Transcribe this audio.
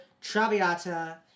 Traviata